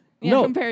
No